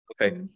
okay